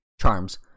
charms